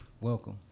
welcome